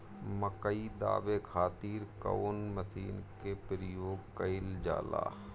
मकई दावे खातीर कउन मसीन के प्रयोग कईल जाला?